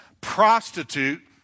prostitute